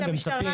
ומצפים